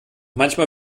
manchmal